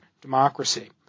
democracy